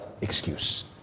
excuse